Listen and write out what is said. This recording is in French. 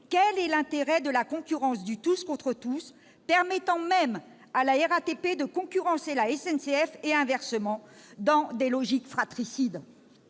quel est l'intérêt de la concurrence du « tous contre tous », qui permet même à la RATP de concurrencer la SNCF, et inversement, dans une logique fratricide ?